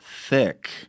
thick